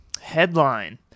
headline